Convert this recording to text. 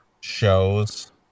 shows